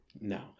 No